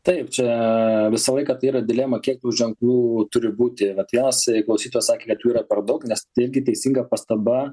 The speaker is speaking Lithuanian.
taip čia visą laiką tai yra dilema kiek tų ženklų turi būti vat vienas klausytojas sakė kad jų yra per daug nes tai irgi teisinga pastaba